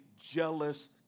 jealous